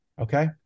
okay